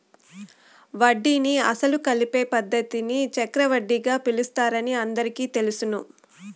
వడ్డీని అసలు కలిపే పద్ధతిని చక్రవడ్డీగా పిలుస్తారని అందరికీ తెలుసును